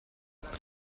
what